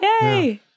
yay